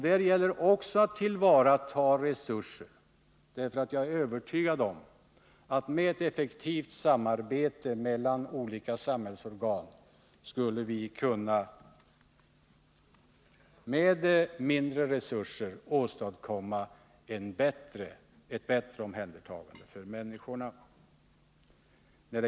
Där gäller det också att tillvarata resurser, för jag är övertygad om att med ett effektivt samarbete mellan olika samhällsorgan skulle vi kunna med mindre resurser åstadkomma ett bättre omhändertagande av människorna.